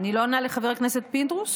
אני לא עונה לחבר הכנסת פינדרוס?